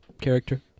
character